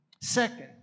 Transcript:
Second